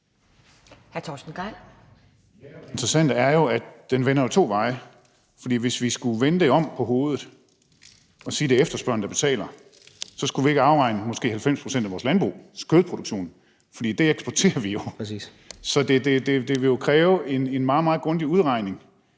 Torsten Gejl (ALT): Det interessante er jo, at det vender to veje. For hvis vi skulle vende det på hovedet og sige, at det er efterspørgeren, der betaler, så skulle vi måske ikke afregne 90 pct. af vores landbrugs kødproduktion, for den eksporterer vi jo. Så det ville jo kræve en meget, meget grundig udregning.